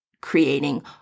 creating